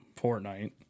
Fortnite